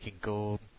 gold